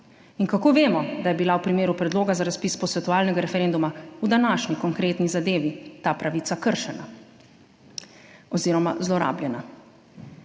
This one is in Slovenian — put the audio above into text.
In kako vemo, da je bila v primeru Predloga za razpis posvetovalnega referenduma v današnji konkretni zadevi ta pravica kršena oziroma zlorabljena?